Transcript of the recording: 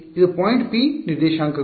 ಇದು point P ನಿರ್ದೇಶಾಂಕಗಳು